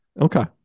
Okay